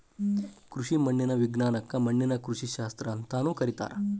ಕೃಷಿ ಮಣ್ಣಿನ ವಿಜ್ಞಾನಕ್ಕ ಮಣ್ಣಿನ ಕೃಷಿಶಾಸ್ತ್ರ ಅಂತಾನೂ ಕರೇತಾರ